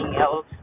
else